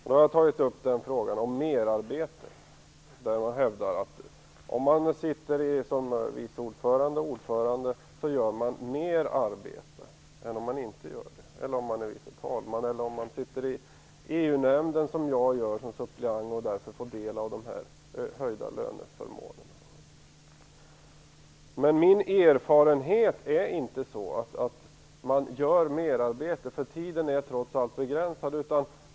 Jag har tagit upp frågan om merarbete, där jag hävdar att om man sitter som vice ordförande eller ordförande gör man mer arbete än om man är vice talman eller sitter i EU nämnden som suppleant, som jag gör och därför får del av de höjda löneförmånerna. Min erfarenhet är inte att man gör mer arbete. Tiden är trots allt begränsad.